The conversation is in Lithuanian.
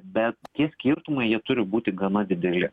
bet tie skirtumai jie turi būti gana dideli